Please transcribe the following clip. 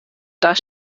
das